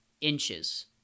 inches